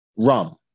rum